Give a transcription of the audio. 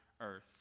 earth